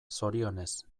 zorionez